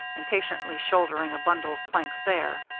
impatiently shouldering a bundle of planks there.